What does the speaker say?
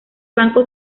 banco